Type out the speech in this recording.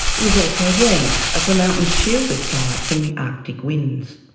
it is also warmer as the mountains shield this side from the arctic winds.